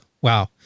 Wow